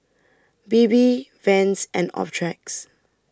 Bebe Vans and Optrex